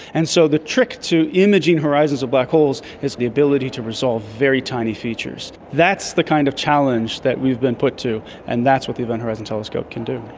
and so the trick to imaging horizons of black holes is the ability to resolve very tiny features. that's the kind of challenge that we've been put to and that's what the event horizon telescope can do.